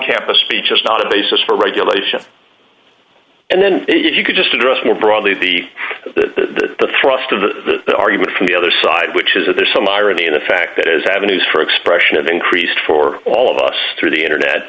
campus speech is not a basis for regulation and then if you could just address more broadly the the the thrust of the argument from the other side which is that there's some irony in the fact that as avenues for expression of increased for all of us through the internet